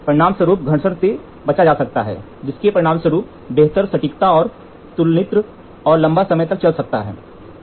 परिणामस्वरूप घर्षण से बचा जाता है जिसके परिणामस्वरूप बेहतर सटीकता और तुलनित्र और लंबा समय तक चलता है